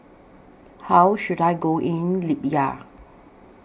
How should I Go in Libya